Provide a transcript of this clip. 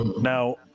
now